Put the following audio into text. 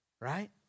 Right